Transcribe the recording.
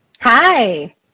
Hi